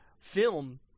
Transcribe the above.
film